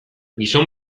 gizon